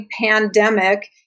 pandemic